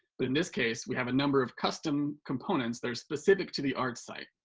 but in this case, we have a number of custom components that are specific to the arts type.